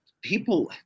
people